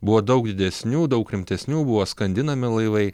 buvo daug didesnių daug rimtesnių buvo skandinami laivai